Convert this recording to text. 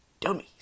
dummies